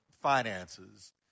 finances